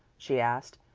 she asked.